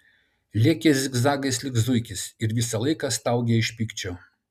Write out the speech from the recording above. lėkė zigzagais lyg zuikis ir visą laiką staugė iš pykčio